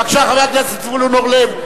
בבקשה, חבר הכנסת זבולון אורלב.